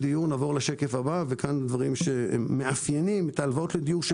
בשקף הבא נראה דברים שמאפיינים את ההלוואות לדיור.